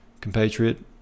compatriot